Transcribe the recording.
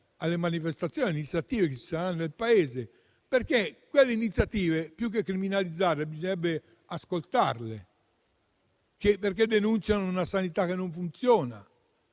alle manifestazioni e alle iniziative che si terranno nel Paese. Quelle iniziative, più che criminalizzarle, bisognerebbe ascoltarle, perché denunciano una sanità che non funziona